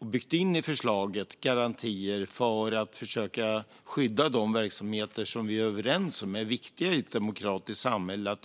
byggt in garantier i förslaget för att försöka skydda de verksamheter och den insyn som vi är överens om är viktiga i ett demokratiskt samhälle.